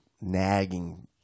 nagging